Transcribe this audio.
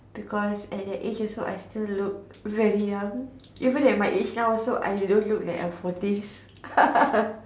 because at that age also I still look very young even at my age now I don't look like I'm forty